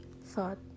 thought